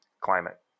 climate